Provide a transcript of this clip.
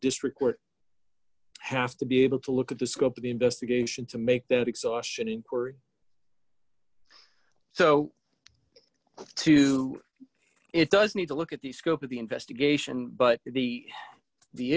district court has to be able to look at the scope of the investigation to make that exhaustion inquiry so to it does need to look at the scope of the investigation but the the